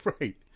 Right